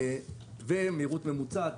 מהירות ממוצעת,